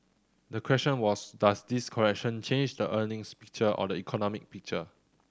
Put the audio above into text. the question was does this correction change the earnings picture or the economic picture